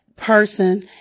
person